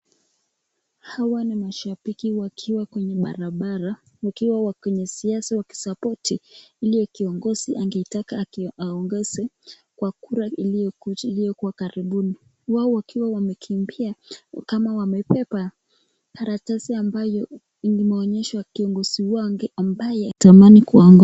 Hawa ni mashabiki wakiwa kwenye barabara wakiwa kwenye siasa wakisupporti ili kiongozi angemtaka aongeze kwa kura iliyokuja iliyokuwa karibuni. Wao wakiwa wamekimbia kama wamebeba karatasi ambayo imewonyesha kiongozi wangu ambaye atamani kuongoza.